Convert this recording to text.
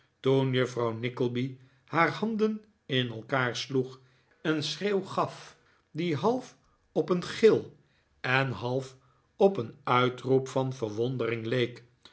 toen juffrouw nickleby haar handen in elkaar sloeg een schreeuw gaf die half op een gil en half op een uitroep van verwondering leek